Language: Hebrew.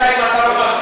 אלא אם אתה מסכים